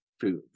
food